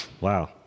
Wow